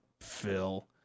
Phil